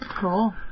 Cool